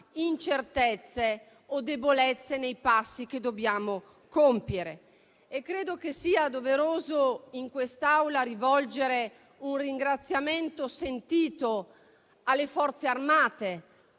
incertezze o debolezze nei passi che dobbiamo compiere. Credo che sia doveroso, in quest'Aula, rivolgere un ringraziamento sentito alle Forze armate,